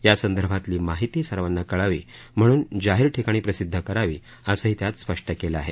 यासंदर्भातली माहिती सर्वांना कळावी म्हणून जाहीर ठिकाणी प्रसिद्ध करावी असंही त्यात स्पष्ट केलं आहे